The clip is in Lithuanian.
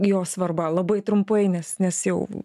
jo svarba labai trumpai nes nes jau